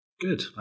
Good